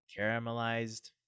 caramelized